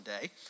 day